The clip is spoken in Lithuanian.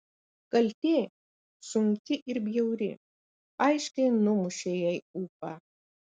kaltė sunki ir bjauri aiškiai numušė jai ūpą